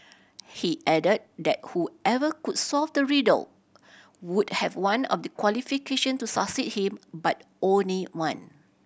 he added that whoever could solve the riddle would have one of the qualification to succeed him but only one